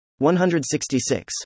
166